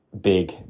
big